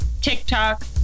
TikTok